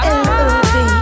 love